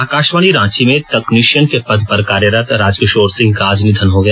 आकाशवाणी रांची में तकनीशियन के पद पर कार्यरत राजकिशोर सिंह का आज निधन हो गया